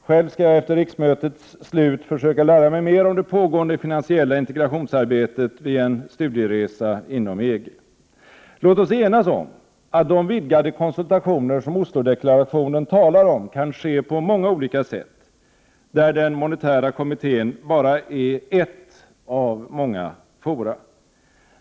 Själv skall jag efter riksmötets slut under en studieresa inom EG försöka lära mig mer om det pågående finansiella integrationsarbetet. Låt oss enas om att de vidgade konsultationer som Oslodeklarationen talar om kan ske på många olika sätt, där den monetära kommittén bara är ett av många fora.